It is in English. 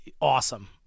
awesome